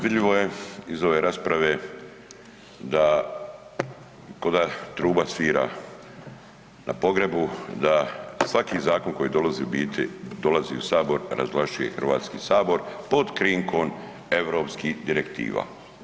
Vidljivo je iz ove rasprave, da ko da truba svira na pogrebu, da svaki zakon koji dolazi u biti dolazi u sabor razvlašćuje Hrvatski sabor pod krinkom europskih direktiva.